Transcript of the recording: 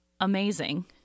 amazing